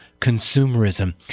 consumerism